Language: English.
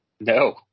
No